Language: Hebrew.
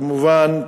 כמובן,